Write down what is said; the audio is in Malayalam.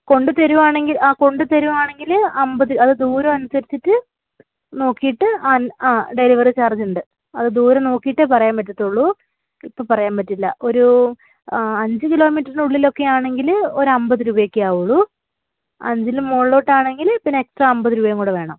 കൊണ്ടുതരികയാണെങ്കില് ആ കൊണ്ടുതരികയാണെങ്കില് അത് ദൂരം അനുസരിച്ചിട്ട് നോക്കിയിട്ട് അ അ ഡെലിവറി ചാർജുണ്ട് അത് ദൂരം നോക്കിയിട്ടേ പറയാൻ പറ്റുകയുള്ളൂ ഇപ്പോള് പറയാന് പറ്റില്ല ഒരു അഞ്ച് കിലോമീറ്റർ ഉള്ളിലൊക്കെയാണെങ്കില് ഒരമ്പത് രൂപയൊക്കെയെ ആകുകയുള്ളൂ അഞ്ചിൻ്റെ മുകളിലേക്കാണെങ്കില് പിന്നെ എക്സ്ട്രാ അമ്പത് രൂപയും കൂടെ വേണം